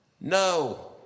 No